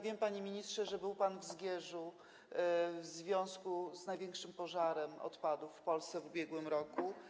Wiem, panie ministrze, że był pan w Zgierzu w związku z największym pożarem odpadów w Polsce w ubiegłym roku.